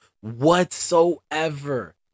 whatsoever